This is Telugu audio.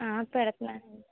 పెడుతాను అండి